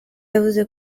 yavuze